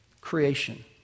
creation